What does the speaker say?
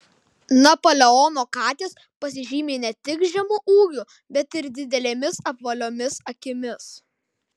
napoleono katės pasižymi ne tik žemu ūgiu bet ir didelėmis apvaliomis akimis